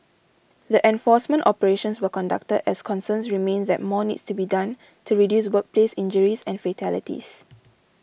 the enforcement operations were conducted as concerns remain that more needs to be done to reduce workplace injuries and fatalities